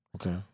Okay